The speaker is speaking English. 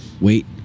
wait